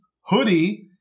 Hoodie